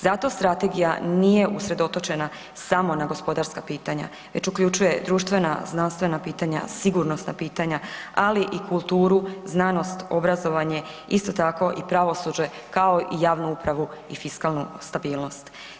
Zato strategija nije usredotočena samo na gospodarska pitanja već uključuje društvena, znanstvena pitanja, sigurnosna pitanja, ali i kulturu, znanost, obrazovanje isto tako i pravosuđe kao i javnu upravu i fiskalnu stabilnost.